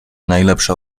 najlepsze